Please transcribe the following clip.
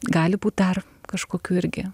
gali būt dar kažkokių irgi